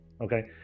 Okay